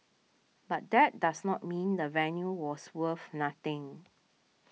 but that does not mean the venue was worth nothing